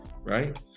right